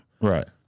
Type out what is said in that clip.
Right